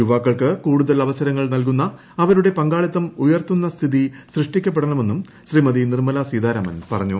യുവാക്കൾക്ക് കൂടുതൽ അവസരങ്ങൾ നൽകുന്ന അവരുടെ പങ്കാളിത്തം ഉയർത്തുന്ന സ്ഥിതി സൃഷ്ടിക്കപ്പെടണമെന്നും ശ്രീമതി നിർമ്മല സീതാരാമൻ പറഞ്ഞു